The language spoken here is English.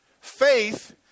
Faith